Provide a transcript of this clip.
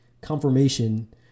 confirmation